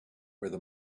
where